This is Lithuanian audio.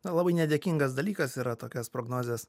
labai nedėkingas dalykas yra tokias prognozes